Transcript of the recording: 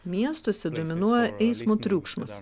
miestuose dominuoja eismo triukšmas